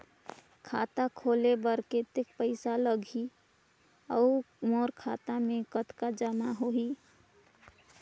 खाता खोले बर कतेक पइसा लगही? अउ मोर खाता मे कतका जमा होही?